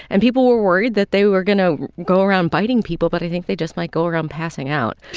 and people were worried that they were going to go around biting people, but i think they just might go around passing out.